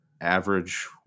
average